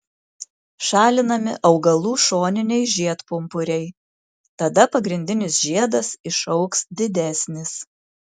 šalinami augalų šoniniai žiedpumpuriai tada pagrindinis žiedas išaugs didesnis